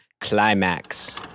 Climax